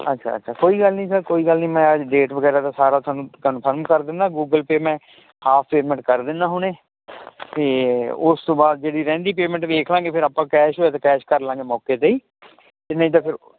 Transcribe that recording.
ਅੱਛਾ ਅੱਛਾ ਕੋਈ ਗੱਲ ਨੀ ਸਰ ਕੋਈ ਗੱਲ ਨੀ ਮੈਂ ਅੱਜ ਡੇਟ ਵਗੈਰਾ ਦਾ ਸਾਰਾ ਤੁਹਾਨੂੰ ਕੰਫਰਮ ਕਰ ਦੇਊਂਗਾ ਮੈਂ ਗੂਗਲ ਪੇਅ ਮੈਂ ਹਾਫ ਪੇਮੈਂਟ ਕਰ ਦਿੰਦਾ ਹੁਣੇ ਤੇ ਉਸ ਤੋਂ ਬਾਦ ਜਿਹੜੀ ਰਹਿੰਦੀ ਪੇਮੈਂਟ ਵੇਖਲਾਂਗੇ ਫੇਰ ਆਪਾਂ ਜੇ ਕੈਸ਼ ਹੋਇਆ ਤਾਂ ਕੈਸ਼ ਕਰਲਾਂਗੇ ਮੌਕੇ ਤੇ ਈ ਨਹੀਂ ਤਾਂ ਫਿਰ